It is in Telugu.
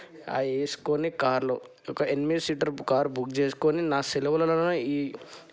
ఆ వేసుకొని కార్లో ఒక ఎనిమిది సీటర్ల కార్ను బుక్ చేసుకుని నా సెలవులలో ఈ